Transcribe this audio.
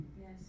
Yes